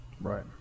Right